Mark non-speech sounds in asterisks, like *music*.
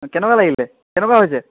*unintelligible* কেনেকুৱা লাগিলে কেনেকুৱা হৈছে